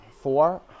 four